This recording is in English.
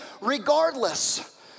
regardless